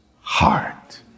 heart